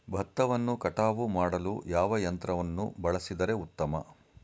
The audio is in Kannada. ಭತ್ತವನ್ನು ಕಟಾವು ಮಾಡಲು ಯಾವ ಯಂತ್ರವನ್ನು ಬಳಸಿದರೆ ಉತ್ತಮ?